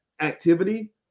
activity